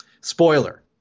Spoiler